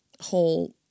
whole